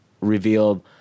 revealed